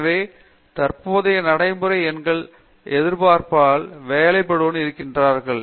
எனவே தற்போதைய நடைமுறை எண்களை எதிர்பார்பதால் வேலைப்பளுவுடன் இருக்கிறார்கள்